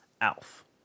ALF